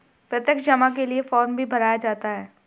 प्रत्यक्ष जमा के लिये फ़ार्म भी भराया जाता है